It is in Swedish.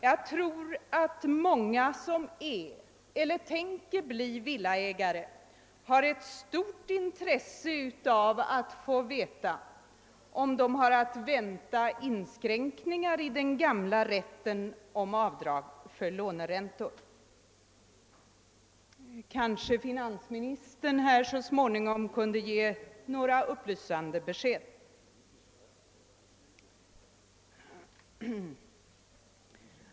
Jag tror att många som är eller tänker bli villaägare har ett stort intresse av att få veta om de har att vänta inskränkningar i den gamla rätten till avdrag för låneräntor. Kanske finansministern här så småningom kunde ge några upplysande besked?